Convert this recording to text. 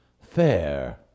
Fair